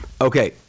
Okay